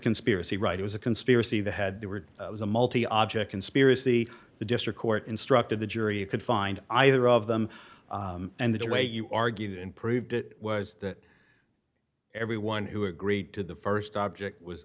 conspiracy right it was a conspiracy the had they were it was a multi object conspiracy the district court instructed the jury you could find either of them and the way you argued and proved it was that everyone who agreed to the st object was